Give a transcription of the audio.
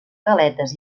galetes